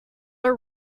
our